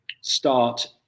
start